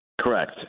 Correct